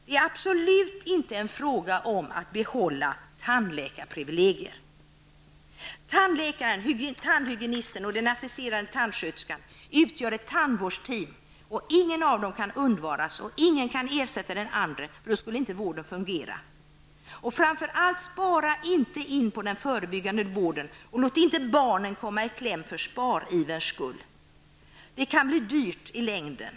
Det är absolut inte en fråga om att behålla tandläkarprivilegier. Tandläkaren, tandhygienisten och den assisterande tandsköterskan utgör ett tandvårdsteam. Ingen av dessa kan undvaras. Ingen av de här personerna kan alltså ersätta en annan, för då skulle vården inte fungera. Framför allt: Spara inte in på den förebyggande vården och låt inte barnen komma i kläm -- för spariverns skull -- för det kan bli dyrt i längden!